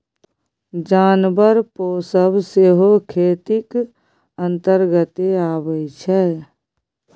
जानबर पोसब सेहो खेतीक अंतर्गते अबै छै